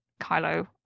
Kylo